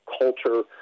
culture